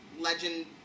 legend